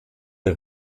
der